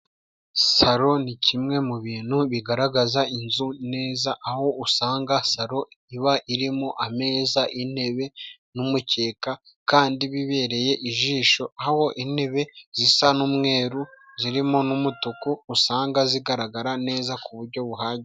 Salo ni kimwe mu bintu bigaragaza inzu neza ,aho usanga salo iba irimo ameza, intebe n'umukeka kandi bibereye ijisho. Aho intebe zisa n'umweru zirimo n'umutuku usanga zigaragara neza ku buryo buhagije.